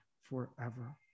forever